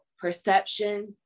Perception